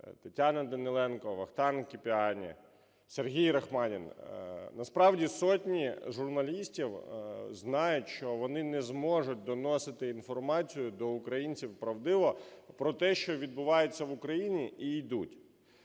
Тетяна Даниленко, Вахтанг Кіпіані, Сергій Рахманін. Насправді, сотні журналістів знають, що вони не зможуть доносити інформацію до українців правдиво про те, що відбувається в Україні, і йдуть.